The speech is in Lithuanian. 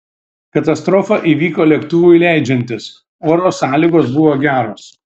katastrofa įvyko lėktuvui leidžiantis oro sąlygos buvo geros